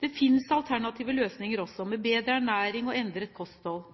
Det finnes alternative løsninger også, med bedre ernæring og endret kosthold,